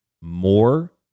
more